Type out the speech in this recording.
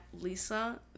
lisa